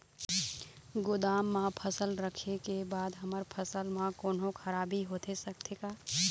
गोदाम मा फसल रखें के बाद हमर फसल मा कोन्हों खराबी होथे सकथे का?